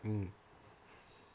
mm